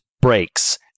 breaks